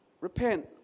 Repent